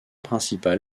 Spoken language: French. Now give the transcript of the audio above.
principal